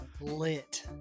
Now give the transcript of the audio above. lit